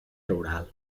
rural